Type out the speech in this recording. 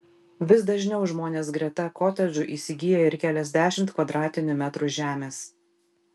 vis dažniau žmonės greta kotedžų įsigyja ir keliasdešimt kvadratinių metrų žemės